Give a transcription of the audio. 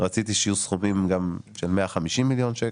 רציתי שיהיו סכומים של 150 מיליון שקלים,